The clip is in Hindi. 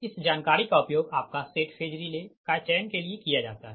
इस जानकारी का उपयोग आपका सेट फेज रिले का चयन के लिए किया जाता है